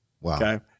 Wow